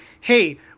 hey